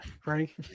frank